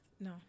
No